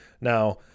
Now